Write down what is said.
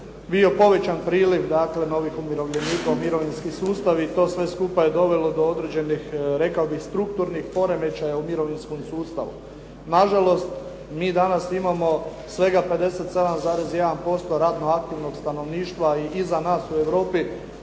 bio povećan priliv dakle novih umirovljenika u mirovinski sustav i to sve skupa je dovelo do određenih rekao bih strukturnih poremećaja u mirovinskom sustavu. Nažalost, mi danas imamo svega 57,1% radno aktivnog stanovništva i iza nas u Europi